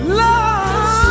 love